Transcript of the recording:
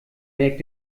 merkt